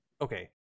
okay